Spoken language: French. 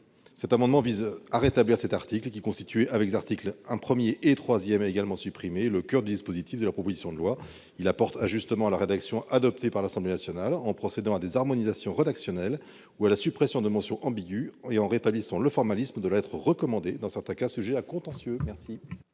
Cet amendement vise à rétablir cet article, qui constituait, avec les articles 1 et 3, également supprimés, le coeur du dispositif de la proposition de loi. Il apporte des ajustements à la rédaction adoptée par l'Assemblée nationale, en procédant à des harmonisations rédactionnelles ou à la suppression de mentions ambiguës et en rétablissant le formalisme de la lettre recommandée dans certains cas qui sont sujets à contentieux.